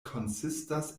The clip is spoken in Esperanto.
konsistas